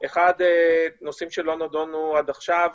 אחד נושאים שלא נדונו עד עכשיו,